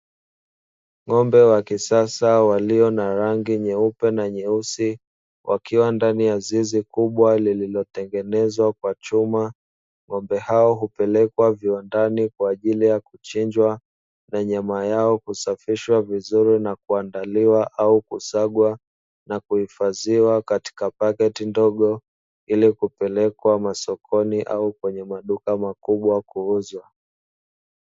Ng'ombe wa kisasa walio na rangi nyeupe na nyeusi wakiwa ndani ya zizi kubwa lililotengenezwa kwa chuma, ng'ombe hao hupelekwa viwandani kwajili ya kuchinjwa na nyama yao husafishwa vizuri na kuandaliwa au kusagwa na kuhifadhiwa katika pakiti ndogo; ili kupelekwa sokoni au kwenye maduka makubwa kuuzwa.